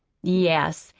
yes,